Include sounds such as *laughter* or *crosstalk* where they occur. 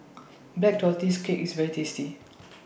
Black Tortoise Cake IS very tasty *noise*